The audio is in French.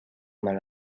mal